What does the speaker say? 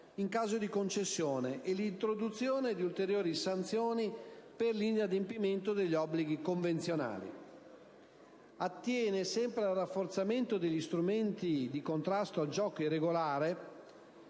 in caso di concessione e l'introduzione di ulteriori sanzioni per l'inadempimento degli obblighi convenzionali. Attiene sempre al rafforzamento degli strumenti di contrasto al gioco irregolare